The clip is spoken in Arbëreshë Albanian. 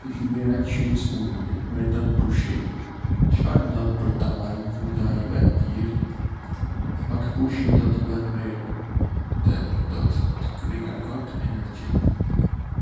Ke shurbier aq shumë së fundmi... meriton një pushim. Çfarë mendon për të marrë një fundjavë të lirë? Pak pushim do të të bënte mirë dhe do të të rikarikonte energjitë.